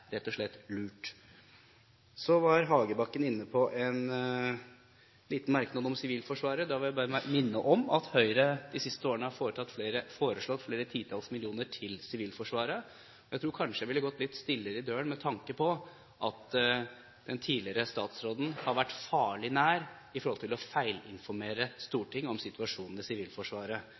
lurt. Så var Hagebakken inne på en liten merknad om Sivilforsvaret. Da vil jeg bare minne om at Høyre de siste årene har foreslått flere titalls millioner til Sivilforsvaret. Jeg tror kanskje jeg ville gått litt stillere i dørene, med tanke på at den tidligere statsråden har vært farlig nær å feilinformere Stortinget om situasjonen i Sivilforsvaret.